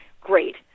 great